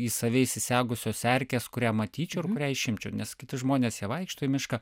į save įsisegusios erkės kurią matyčiau ir kurią išimčiau nes kiti žmonės jie vaikšto į mišką